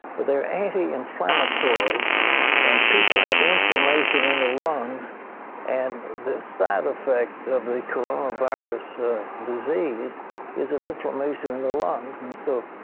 they are anti-inflammatory and people have inflammation in the lungs and the side effect of the coronavirus disease is an inflammation in the lungs. and so,